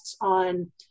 on